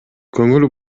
көңүл